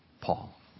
Paul